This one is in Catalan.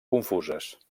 confuses